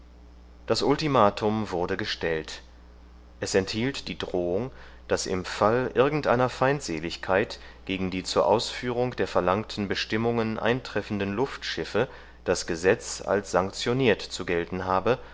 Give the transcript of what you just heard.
das ultimatum wurde gestellt es enthielt die drohung daß im fall irgendeiner feindseligkeit gegen die zur ausführung der verlangten bestimmungen eintreffenden luftschiffe das gesetz als sanktioniert zu gelten habe